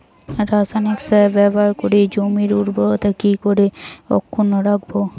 রাসায়নিক সার ব্যবহার করে জমির উর্বরতা কি করে অক্ষুণ্ন রাখবো